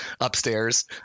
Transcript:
upstairs